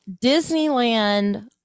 Disneyland